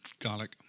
garlic